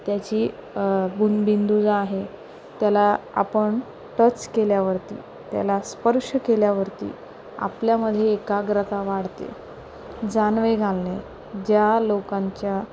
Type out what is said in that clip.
त्याची गुणबिंदू जो आहे त्याला आपण टच केल्यावरती त्याला स्पर्श केल्यावरती आपल्यामध्ये एकाग्रता वाढते जानवे घालणे ज्या लोकांच्या